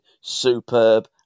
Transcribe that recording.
superb